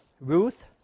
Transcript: Ruth